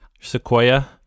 Sequoia